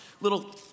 little